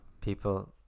People